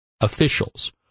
officials